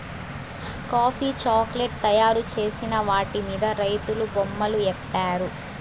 coffee chocolate తయారు చేసిన వాటి మీద రైతులు బొమ్మలు ఏత్తారు